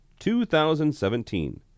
2017